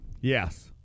yes